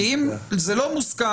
כי אם זה לא מוסכם,